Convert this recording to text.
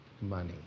money